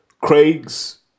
Craig's